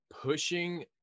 pushing